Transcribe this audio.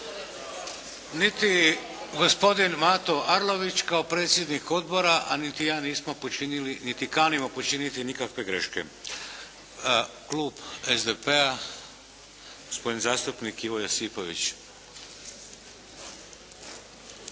Niti gospodin Mato Arlović, kao predsjednik Odbora, a niti ja nismo počinili, niti kanimo počiniti nikakve greške. Klub SDP-a, gospodin zastupnik Ivo Josipović.